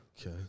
Okay